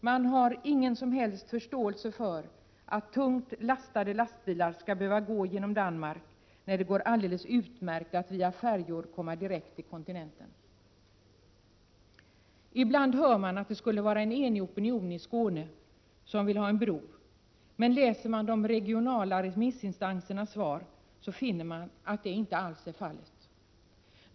Man har ingen som helst förståelse för att tungt lastade lastbilar skall behöva gå genom Danmark när det går alldeles utmärkt att via färjor komma direkt till kontinenten. Ibland hör man att en enig opinion i Skåne vill ha en bro, men läser man de regionala remissinstansernas svar finner man att detta inte alls är fallet.